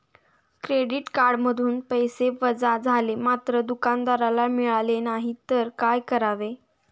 Credit कार्डमधून पैसे वजा झाले मात्र दुकानदाराला मिळाले नाहीत तर काय करावे?